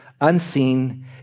unseen